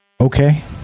Okay